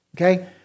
okay